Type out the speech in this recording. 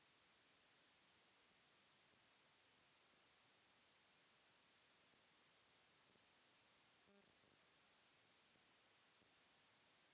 वित्तीय विवरण के अक्सर सरकारी एजेंसी, लेखाकार, फर्मों आदि द्वारा ऑडिट किहल जाला